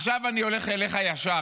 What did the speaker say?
עכשיו אני הולך אליך ישר,